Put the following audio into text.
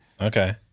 Okay